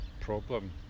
problem